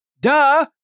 Duh